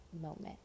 moment